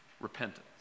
repentance